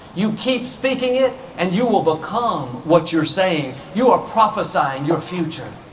you keep speaking it and you will become what you're saying. you are prophesying your future.